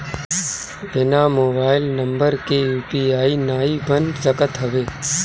बिना mobile number के UPI नाइ बन सकत हवे